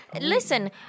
Listen